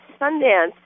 Sundance